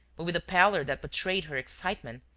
but with a pallor that betrayed her excitement,